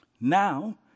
Now